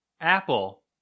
Apple